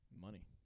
Money